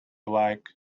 like